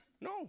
No